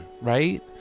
right